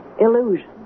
Illusion